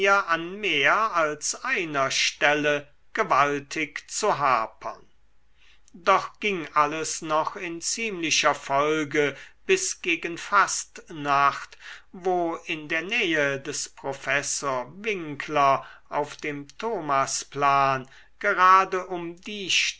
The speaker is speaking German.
an mehr als einer stelle gewaltig zu hapern doch ging alles noch in ziemlicher folge bis gegen fastnacht wo in der nähe des professor winckler auf dem thomasplan gerade um die